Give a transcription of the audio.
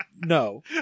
no